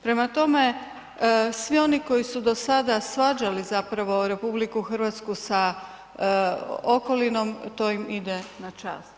Prema tome, svi oni koji su do sada svađali zapravo RH sa okolinom to im ide na čast.